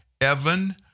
Evan